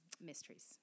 mysteries